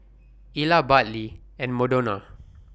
Ila Bartley and Madonna